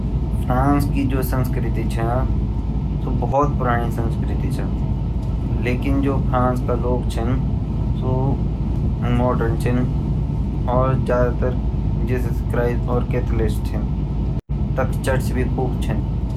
फ्रांस की जो संस्कृति ची वो भोत पुराणी संस्कृति ची लेकिन जो फ्रांस का लोग छिन सू मॉडर्न छिन अर ज़्यादा तर जीसस क्रिस्ट ार काथलिक माँ मानन वाला छिन ार तख चर्च भी खूब छिन।